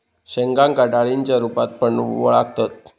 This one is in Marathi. शेंगांका डाळींच्या रूपात पण वळाखतत